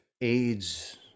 aids